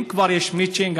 שאם כבר יש מצ'ינג,